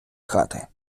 хати